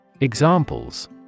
Examples